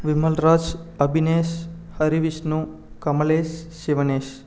Vimalraj Abinesh Harivishnu Kamalesh Sivanesh